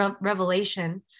revelation